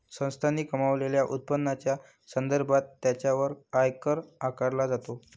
संस्थांनी कमावलेल्या उत्पन्नाच्या संदर्भात त्यांच्यावर आयकर आकारला जातो